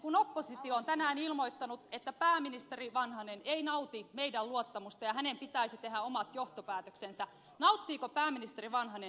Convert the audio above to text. kun oppositio on tänään ilmoittanut että pääministeri vanhanen ei nauti meidän luottamustamme ja hänen pitäisi tehdä omat johtopäätöksensä nauttiiko pääministeri vanhanen teidän luottamustanne